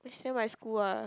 is near my school ah